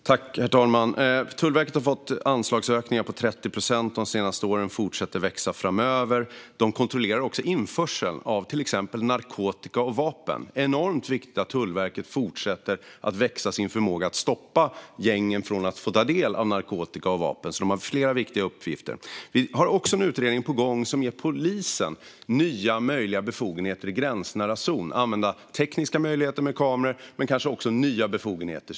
Herr talman! Tullverket har fått anslagsökningar på 30 procent de senaste åren och fortsätter att växa framöver. De kontrollerar också införseln av till exempel narkotika och vapen. Det är enormt viktigt att Tullverkets förmåga att stoppa gängen från att ta del av narkotika och vapen fortsätter att växa. De har flera viktiga uppgifter. Vi har också en utredning på gång som ger polisen nya möjliga befogenheter i gränsnära zon. Det handlar om att använda tekniska möjligheter med kameror men kanske också om nya befogenheter.